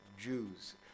Jews